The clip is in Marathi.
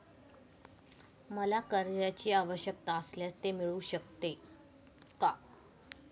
मला कर्जांची आवश्यकता असल्यास ते मिळू शकते का?